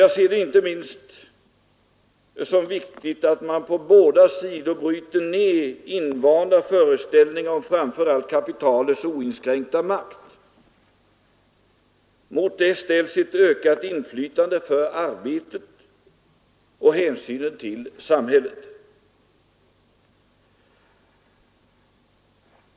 Jag ser det som inte minst viktigt att man på båda sidor bryter ned invanda föreställningar om framför allt kapitalets oinskränkta makt. Mot det ställs ett ökat inflytande för arbetet och hänsynen till samhället.